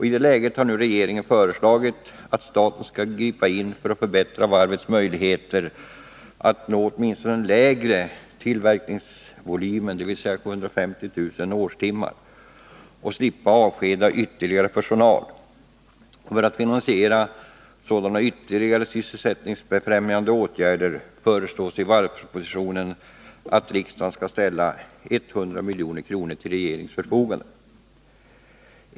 I det läget har regeringen föreslagit att staten skall gripa in för att förbättra varvets möjligheter att nå åtminstone den lägre tillverkningsvolymen, dvs. 750 000 årstimmar, och slippa avskeda ytterligare personal. För att finansiera sådana sysselsättningsfrämjande åtgärder föreslås i varvspropositionen att riksdagen skall ställa 100 milj.kr. till regeringens förfogande.